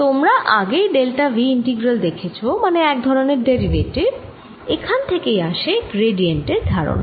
তোমরা আগেই delta v integral দেখেছ মানে এক ধরনের ডেরিভেটিভ এখান থেকেই আসে গ্রেডিয়েন্ট এর ধারণা